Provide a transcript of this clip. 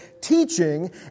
teaching